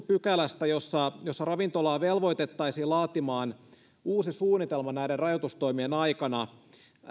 pykälästä jossa jossa ravintolaa velvoitettaisiin laatimaan uusi suunnitelma näiden rajoitustoimien aikana